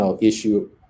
issue